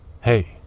hey